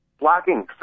blocking